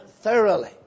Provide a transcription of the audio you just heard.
thoroughly